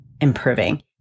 improving